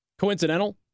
coincidental